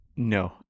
No